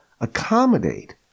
accommodate